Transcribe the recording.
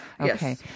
Okay